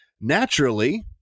naturally